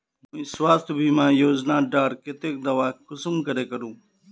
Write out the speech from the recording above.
मुई स्वास्थ्य बीमा योजना डार केते दावा कुंसम करे करूम?